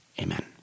Amen